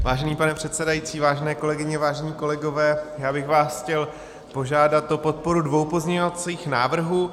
Vážený pane předsedající, vážené kolegyně, vážení kolegové, já bych vás chtěl požádat o podporu dvou pozměňovacích návrhů.